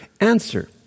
answer